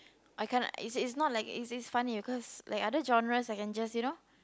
I kind of it it's not like it's this funny because like other genres I can just you know